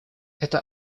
эта